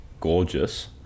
gorgeous